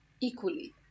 equally